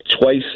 twice